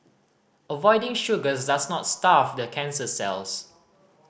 avoiding sugars does not starve the cancer cells